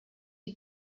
you